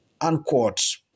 Unquote